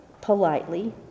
politely